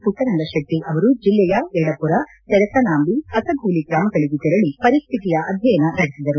ಪುಟ್ವರಂಗ ಶೆಟ್ಟಿ ಅವರು ಜಿಲ್ಲೆಯ ಯಡಪುರ ತೆರಕನಾಂಬಿ ಹಸಗೂಲಿ ಗ್ರಾಮಗಳಿಗೆ ತೆರಳಿ ಪರಿಸ್ಡಿತಿಯ ಅಧ್ಯಯನ ನಡೆಸಿದರು